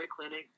clinic